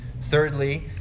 Thirdly